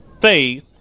faith